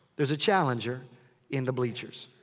there's a challenger in the bleachers.